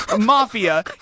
mafia